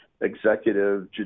executive